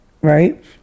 right